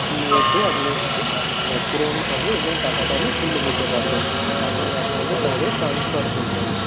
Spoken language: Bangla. মধ্যে আপনি পূরণ হবে এবং টাকাটা আপনি তুলে নিতে পারবেন আপনার অ্যাকাউন্টে ডাইরেক্ট ট্রান্সফার হয়ে যাবে